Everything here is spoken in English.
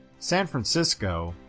san francisco,